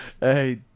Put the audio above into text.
Hey